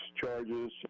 charges